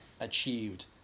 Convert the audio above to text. achieved